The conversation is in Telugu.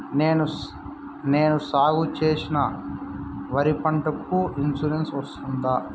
నేను సాగు చేసిన వరి పంటకు ఇన్సూరెన్సు వస్తుందా?